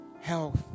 health